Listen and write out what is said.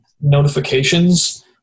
notifications